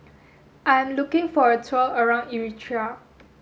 I'm looking for a tour around Eritrea